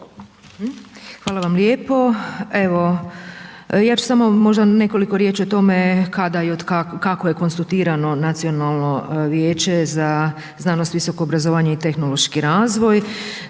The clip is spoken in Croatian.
Hvala vam lijepo. Evo, ja ću samo možda nekoliko riječi o tome kada je i kako je konstituirano Nacionalno vijeće za znanost, visoko obrazovanje i tehnološki razvoj.